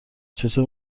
چطور